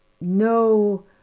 no